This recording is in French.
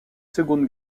seconde